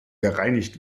gereinigt